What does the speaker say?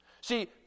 See